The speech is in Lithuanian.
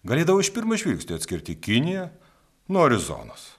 galėdavau iš pirmo žvilgsnio atskirti kiniją nuo arizonos